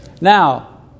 Now